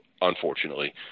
unfortunately